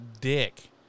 dick